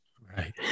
Right